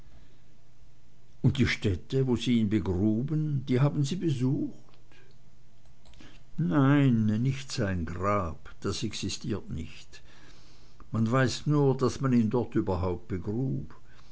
und die stätte wo sie ihn begruben die haben sie besucht nein nicht sein grab das existiert nicht man weiß nur daß man ihn dort überhaupt begrub